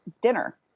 dinner